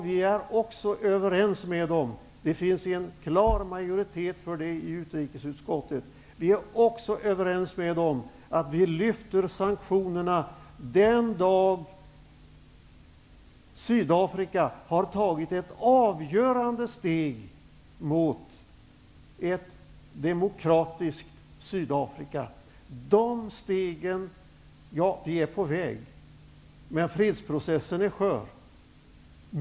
Vi är också överens med dem -- det finns en klar majoritet för det i utrikesutskottet -- om att vi lyfter sanktionerna den dag Sydafrika har tagit ett avgörande steg mot ett demokratiskt Sydafrika. Detta steg är på väg, men fredsprocessen är skör.